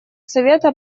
совета